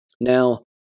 Now